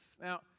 Now